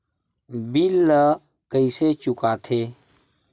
bill ला कइसे चुका थे